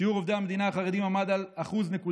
שיעור עובדי המדינה החרדים עמד על 1.2%,